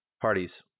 Parties